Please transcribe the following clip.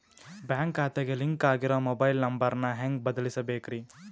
Bank ಖಾತೆಗೆ link ಆಗಿರೋ mobile number ನ ಹೆಂಗ್ ಬದಲಿಸಬೇಕ್ರಿ?